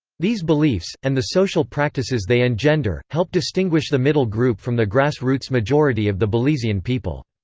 these beliefs, and the social practices they engender, help distinguish the middle group from the grass roots majority of the belizean people.